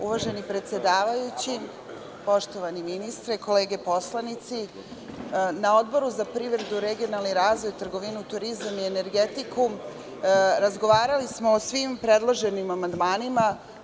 Uvaženi predsedavajući, poštovani ministre, kolege poslanici, na Odboru za privredu, regionalni razvoj, trgovinu, turizam i energetiku razgovarali smo o svim predloženim amandmanima.